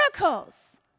miracles